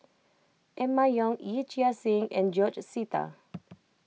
Emma Yong Yee Chia Hsing and George Sita